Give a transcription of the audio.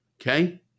Okay